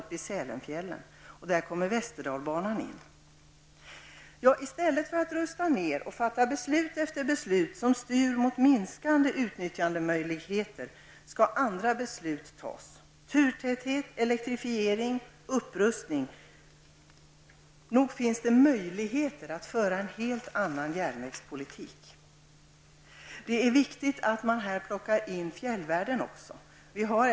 På sträckan Borlänge--Göteborg över I stället för att rusta ned och fatta beslut efter beslut som leder mot minskade utnyttjandemöjligheter, skall andra beslut fattas. Turtäthet, elektrifiering och upprustning -- nog finns det möjligheter att föra en helt annan järnvägspolitik! Det är viktigt att man tar fjällvärlden i beaktande.